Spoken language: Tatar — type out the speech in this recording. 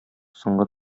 соңгы